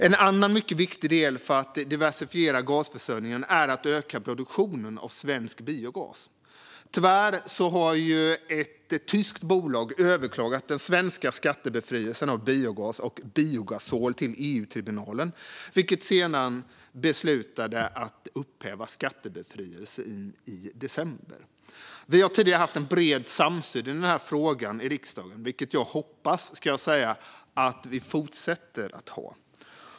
En annan mycket viktig del när det gäller att diversifiera gasförsörjningen är att öka produktionen av svensk biogas. Tyvärr har ett tyskt bolag överklagat den svenska skattebefrielsen av biogas och biogasol till EU-tribunalen, som i december beslutade att upphäva skattebefrielsen. Vi har tidigare haft bred samsyn i denna fråga i riksdagen, vilket jag hoppas att vi fortsätter med.